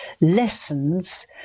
lessons